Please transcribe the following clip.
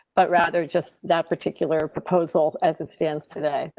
but rather just that particular proposal as it stands today.